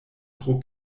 tro